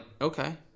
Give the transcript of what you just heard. okay